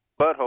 Butthole